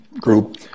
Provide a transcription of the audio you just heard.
group